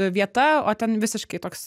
vieta o ten visiškai toks